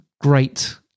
great